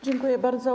Dziękuję bardzo.